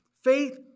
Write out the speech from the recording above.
faith